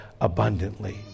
abundantly